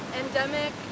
endemic